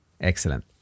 Excellent